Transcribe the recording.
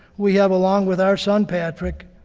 we have, along with our son patrick,